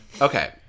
Okay